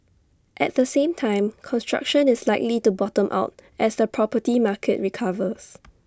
at the same time construction is likely to bottom out as the property market recovers